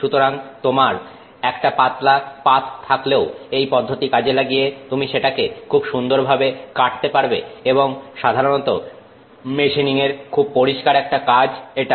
সুতরাং তোমার একটা পাতলা পাত থাকলেও এই পদ্ধতি কাজে লাগিয়ে তুমি সেটাকে খুব সুন্দর ভাবে কাটতে পারবে এবং সাধারণত মেশিনিং এর খুব পরিষ্কার একটা কাজ এটা